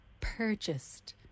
purchased